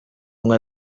umwe